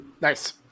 Nice